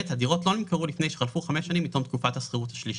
הדירות לא נמכרו לפני שחלפו חמש שנים מתום תקופת השכירות השלישי